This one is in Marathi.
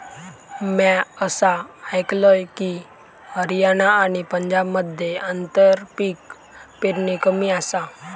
म्या असा आयकलंय की, हरियाणा आणि पंजाबमध्ये आंतरपीक पेरणी कमी आसा